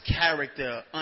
character